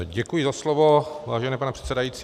Děkuji za slovo, vážený pane předsedající.